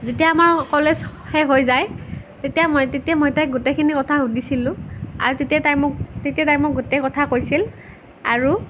যেতিয়া আমাৰ কলেজ শেষ হৈ যায় তেতিয়া মই তেতিয়া মই তাইক গোটেইখিনি কথা সুধিছিলোঁ আৰু তেতিয়া তাই মোক তেতিয়া তাই মোক গোটেই কথা কৈছিল আৰু